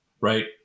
right